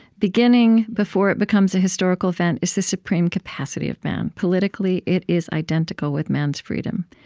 beginning before it becomes a historical event is the supreme capacity of man. politically it is identical with man's freedom.